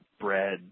bread